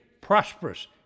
prosperous